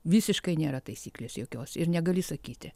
visiškai nėra taisyklės jokios ir negali įsakyti